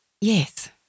Yes